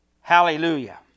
Hallelujah